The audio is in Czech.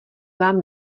vám